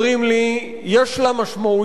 אומרים לי, יש לה משמעויות